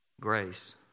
Grace